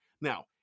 Now